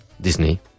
Disney